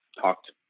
talked